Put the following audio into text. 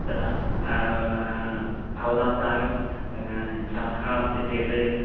तदा भवतां साकं प्रातः अस्ति चेत्